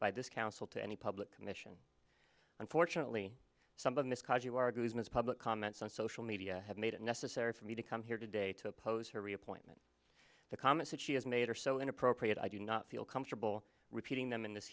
by this council to any public commission unfortunately some of this cause you argue is ms public comments on social media have made it necessary for me to come here today to oppose her reappointment the comments that she has made are so inappropriate i do not feel comfortable repeating them in this